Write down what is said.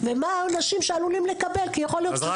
יש קבוצה של אנשים שחורים ושל הערבים -- אבל זה